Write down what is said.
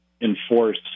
enforce